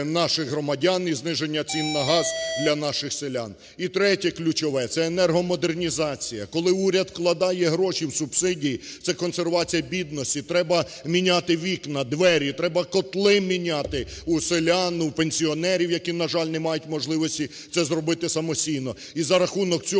наших громадян і зниження цін на газ для наших селян. І третє, ключове, це енергомодернізація. Коли уряд вкладає гроші в субсидії, це консервування бідності, треба міняти вікна, двері, треба котли міняти у селян, у пенсіонерів, які, на жаль, не мають можливості це зробити самостійно. І за рахунок цього